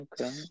Okay